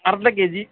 ಅರ್ಧ K G